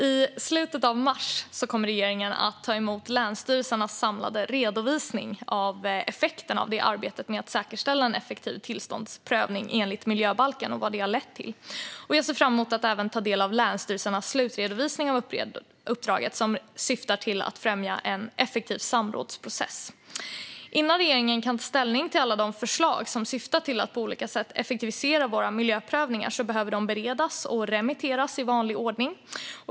I slutet av mars tog regeringen emot länsstyrelsernas samlade redovisning av vad arbetet med att säkerställa en effektiv tillståndsprövning enligt miljöbalken har lett till. Jag ser fram emot att även ta del av länsstyrelsernas slutredovisning av uppdraget som syftar till att främja en effektiv samrådsprocess. Innan regeringen kan ta ställning till alla de förslag som syftar till att på olika sätt effektivisera våra miljöprövningar behöver de beredas och remitteras i vanlig ordning.